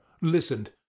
listened